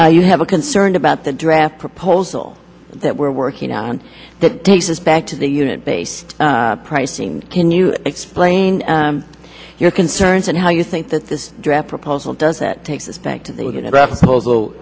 you have a concerned about the draft proposal that we're working on that takes us back to the unit base price can you explain your concerns and how you think that this draft proposal does that takes us